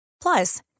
Plus